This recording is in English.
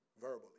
verbally